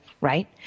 right